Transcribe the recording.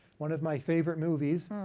one of my favorite movies.